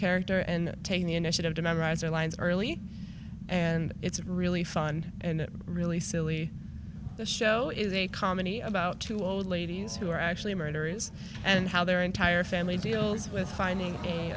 character and taking the initiative to memorize their lines early and it's really fun and it really silly the show is a comedy about two old ladies who are actually murderers and how their entire family deals with finding a